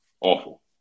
Awful